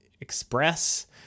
express